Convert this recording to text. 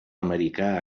americà